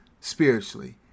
spiritually